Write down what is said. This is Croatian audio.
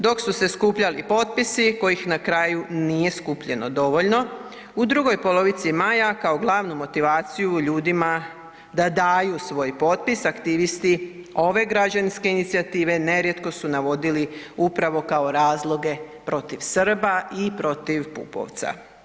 Dok su se skupljali potpisi kojih na kraju nije skupljeno dovoljno, u drugoj polovici maja kao glavnu motivaciju ljudima da daju svoj potpis, aktivisti ove građanske inicijative, nerijetko su navodili upravo kao razloge protiv Srba i protiv Pupovca.